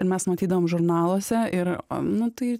ir mes matydavom žurnaluose ir nu tai